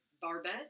barbet